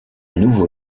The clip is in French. nouveau